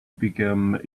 become